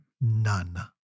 None